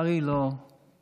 ולצערי זה לא הלך.